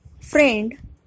friend